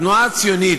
התנועה הציונית,